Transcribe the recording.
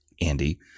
Andy